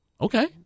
Okay